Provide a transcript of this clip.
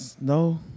No